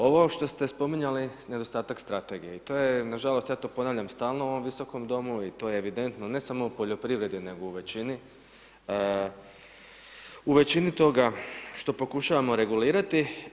Ovo što ste spominjali nedostatak strategije i to je nažalost, ja to ponavljam stalno u ovom Visokom domu i to je evidentno ne samo u poljoprivredi nego i u većini, većini toga što pokušavamo regulirati.